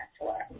tour